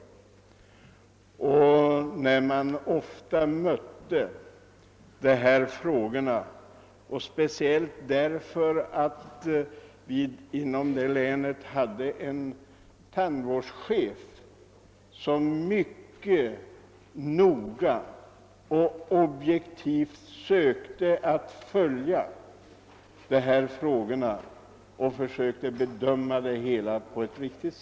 I den egenskapen har jag ofta mött dessa problem, bl.a. beroende på att vi där haft en tandvårdschef som följt frågorna mycket noggrant och försökt bedöma dem objektivt och riktigt.